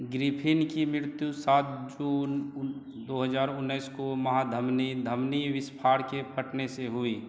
Griffin की मृत्यु सात जून दो हज़ार उन्नीस को महाधमनी धमनी विस्फार के फटने से हुई